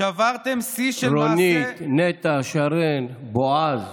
שברתם שיא" רונית, נטע, שרן, בועז,